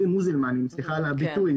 וסליחה על הביטוי,